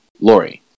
Lori